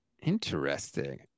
Interesting